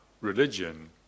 religion